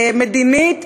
מדינית,